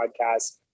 podcast